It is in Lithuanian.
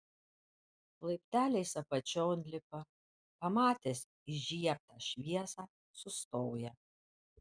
laipteliais apačion lipa pamatęs įžiebtą šviesą sustoja